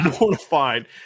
mortified